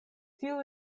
tiu